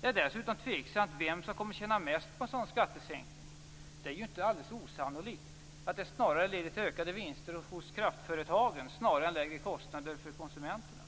Det är dessutom tveksamt vem som kommer att tjäna mest på en sådan skattesänkning - det är ju inte osannolikt att det snarare leder till ökade vinster hos kraftföretagen än till lägre kostnader för konsumenterna.